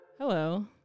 Hello